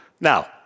Now